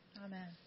Amen